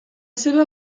seva